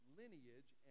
lineage